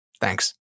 Thanks